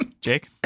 jake